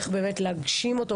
איך באמת להגשים אותו.